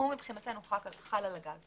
מבחינתנו חל על הגג.